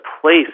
place